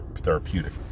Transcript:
therapeutic